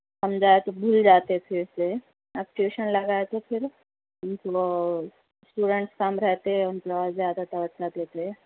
ہم جائے تو بھول جاتے پھر سے اب ٹیوشن لگایا تو پھر وہ اسٹوڈنٹس کم رہتے اور زیادہ توجہ دیتے